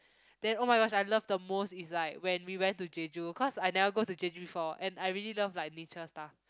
then oh-my-gosh I love the most is like when we went to jeju cause I never go to jeju before and I really love like nature stuff